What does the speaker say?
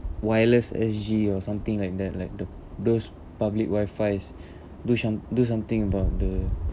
wireless S_G or something like that like the those public wifis do some do something about the